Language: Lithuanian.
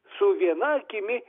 su viena akimi